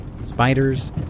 spiders